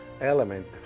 element